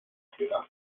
ciudad